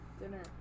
Dinner